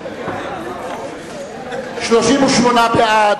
38 בעד,